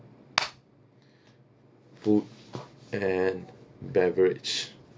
food and beverage